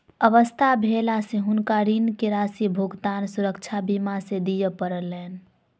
अस्वस्थ भेला से हुनका ऋण के राशि भुगतान सुरक्षा बीमा से दिय पड़लैन